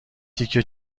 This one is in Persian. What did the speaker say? تیکه